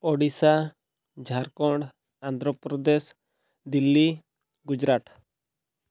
Odisha Jharkhand Andhra Pradesh Delhi Gujarat